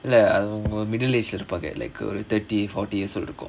இல்ல அவங்க:illa avanga middle age இருப்பாங்க:iruppanga like thirty forty years old